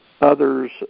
others